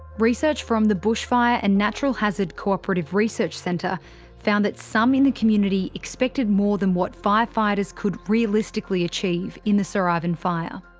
research from the bushfire and natural hazard cooperative research centre found that some in the community expected more than what firefighters could realistically achieve in the sir ivan fire.